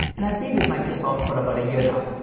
and i've been with microsoft for about a year now.